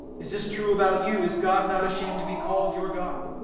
is this true about you? is god not ashamed to be called your god?